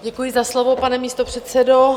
Děkuji za slovo, pane místopředsedo.